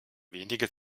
wenige